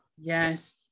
Yes